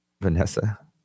Vanessa